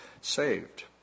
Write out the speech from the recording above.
saved